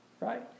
Right